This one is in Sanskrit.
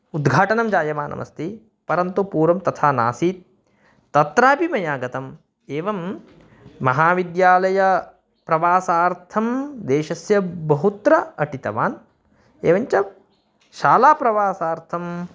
उद्घाटनं जायमानमस्ति परन्तु पूर्वं तथा नासीत् तत्रापि मया गतम् एवं महाविद्यालयप्रवासार्थं देशस्य बहुत्र अटितवान् एवं च शालाप्रवासार्थं